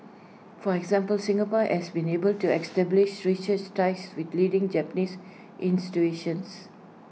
for example Singapore has been able to establish ties with leading Japanese